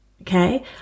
Okay